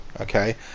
okay